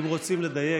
אם רוצים לדייק,